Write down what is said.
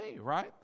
right